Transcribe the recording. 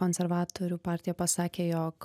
konservatorių partija pasakė jog